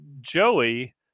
Joey